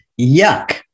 Yuck